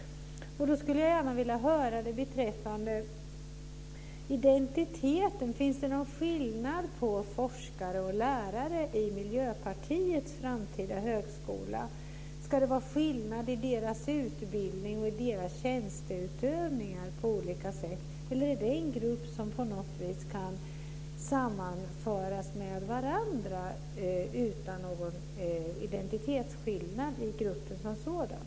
Det gäller framför allt identiteten. Finns det någon skillnad på forskare och lärare i Miljöpartiets framtida högskola? Ska det vara skillnad i deras utbildning och i deras tjänsteutövningar på olika sätt? Eller är det grupper som kan sammanföras med varandra utan någon identitetsskillnad i gruppen som sådan?